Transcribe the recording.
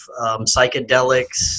psychedelics